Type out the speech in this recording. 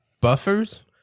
Buffers